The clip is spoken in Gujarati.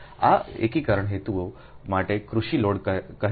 આ એકીકરણ હેતુઓ માટે કૃષિ લોડ કહે છે